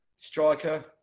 striker